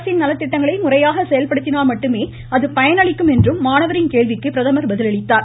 அரசின் நலத்திட்டங்களை முறையாக செயல்படுத்தினால் மட்டுமே அது பயனளிக்கும் என்று மாணவரின் கேள்விக்கு பிரதமர் பதில் அளித்தார்